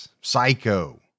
psycho